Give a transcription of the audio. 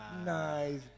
Nice